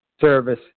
service